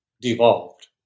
devolved